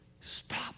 Stop